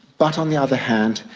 but on the other hand,